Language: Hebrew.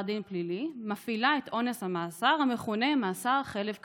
דין פלילי מופעל עונש המאסר המכונה מאסר חלף קנס.